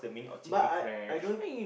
but I I don't